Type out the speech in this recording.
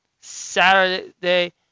Saturday